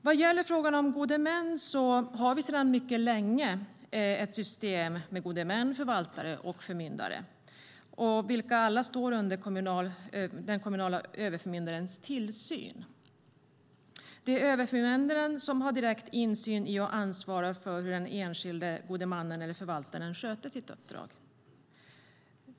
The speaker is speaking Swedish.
Vad gäller frågan om gode män har vi sedan mycket länge ett system med gode män, förvaltare och förmyndare, vilka alla står under den kommunala överförmyndarens tillsyn. Det är överförmyndaren som har direkt insyn i och ansvarar för hur den enskilde gode mannen eller förvaltaren sköter sitt uppdrag.